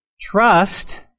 Trust